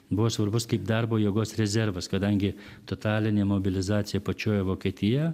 buvo svarbus kaip darbo jėgos rezervas kadangi totalinė mobilizacija pačioje vokietijoje